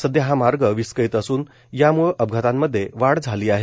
सध्या हा मार्ग विस्कळीत असून याम्ळं अपघातांमध्ये वाढ झाली आहे